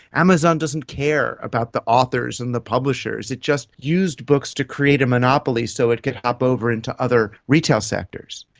amazon doesn't care about the authors and the publishers, it just used books to create a monopoly so it could hop over into other retail sectors.